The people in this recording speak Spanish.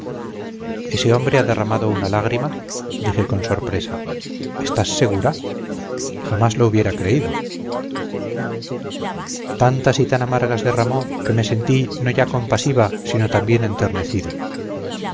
ese hombre ha derramado una lágrima dije con sorpresa estás segura jamás lo hubiera creído tantas y tan amargas derramó que me sentí no ya compasiva sino también enternecida